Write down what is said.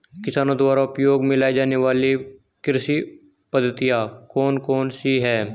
किसानों द्वारा उपयोग में लाई जाने वाली कृषि पद्धतियाँ कौन कौन सी हैं?